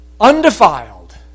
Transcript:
undefiled